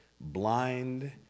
blind